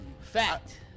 Fact